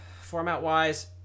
format-wise